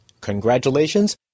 congratulations